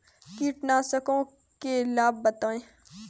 कीटनाशकों के लाभ बताएँ?